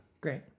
Great